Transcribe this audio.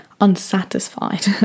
unsatisfied